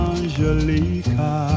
Angelica